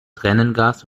tränengas